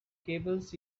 cables